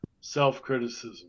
self-criticism